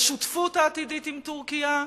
בשותפות העתידית עם טורקיה,